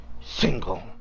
single